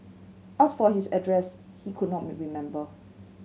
asked for his address he could not me remember